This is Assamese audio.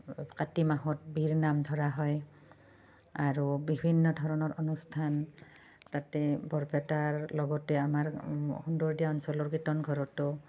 কাতি মাহত বীৰনাম ধৰা হয় আৰু বিভিন্ন ধৰণৰ অনুষ্ঠান তাতে বৰপেটাৰ লগতে আমাৰ সুন্দৰদিয়া অঞ্চলৰ কীৰ্তনঘৰতো